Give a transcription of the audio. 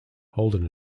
holden